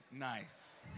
nice